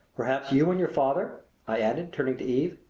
perhaps you and your father i added, turning to eve.